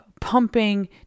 pumping